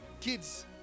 kids